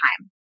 time